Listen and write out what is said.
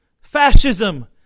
fascism